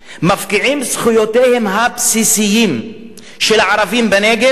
מפקיעים את זכויותיהם הבסיסיות של הערבים בנגב,